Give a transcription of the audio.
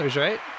right